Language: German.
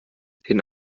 den